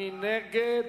מי נגד?